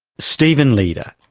stephen leeder.